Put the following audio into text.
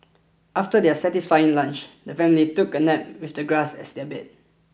after their satisfying lunch the family took a nap with the grass as their bed